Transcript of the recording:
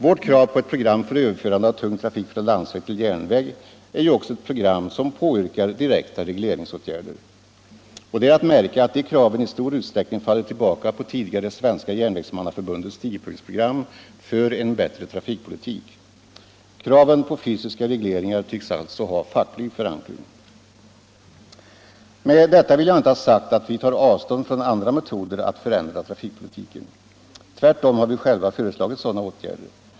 Vårt krav på ett program för överförande av tung trafik från landsväg till järnväg är ju också ett krav på direkta regleringsåtgärder. Det är att märka "att de kraven i stor utsträckning faller tillbaka på tidigare Svenska järnvägsmannaförbundets tiopunktsprogram för en bättre trafikpolitik. Kraven på fysiska regleringar tycks alltså ha facklig förankring. Med detta vill jag inte ha sagt att vi tar avstånd från andra metoder att förändra trafikpolitiken. Tvärtom har vi själva föreslagit sådana åtgärder.